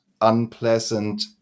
unpleasant